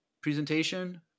presentation